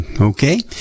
Okay